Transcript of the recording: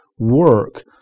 Work